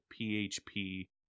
php